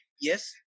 Yes